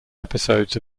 episodes